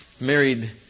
married